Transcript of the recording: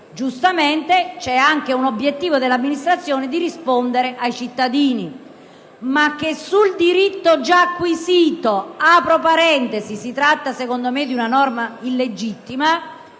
giustamente c'è anche un obiettivo dell'amministrazione di rispondere ai cittadini; ma, su un diritto già acquisito (si tratta, secondo me, di una norma illegittima),